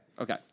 Okay